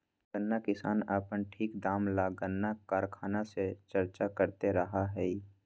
गन्ना किसान अपन ठीक दाम ला गन्ना कारखाना से चर्चा करते रहा हई